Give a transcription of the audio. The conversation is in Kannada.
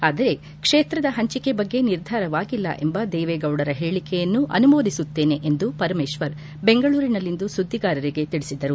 ಆದರೆ ಕ್ಷೇತ್ರದ ಹಂಚಿಕೆ ಬಗ್ಗೆ ನಿರ್ಧಾರವಾಗಿಲ್ಲ ಎಂಬ ದೇವೇಗೌಡರ ಹೇಳಿಕೆಯನ್ನು ಅನುಮೋದಿಸುತ್ತೇನೆ ಎಂದು ಪರಮೇಶ್ವರ್ ಬೆಂಗಳೂರಿನಲ್ಲಿಂದು ಸುದ್ದಿಗಾರರಿಗೆ ತಿಳಿಸಿದರು